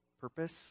purpose